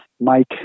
Mike